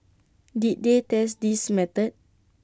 did they test this method